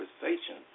conversation